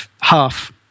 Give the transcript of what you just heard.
half